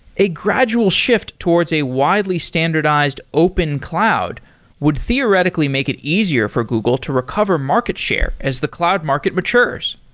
a gradual shift towards a widely standardized open cloud would theoretically make it easier for google to recover market share as the cloud market matures.